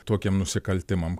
tokiem nusikaltimam